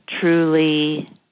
truly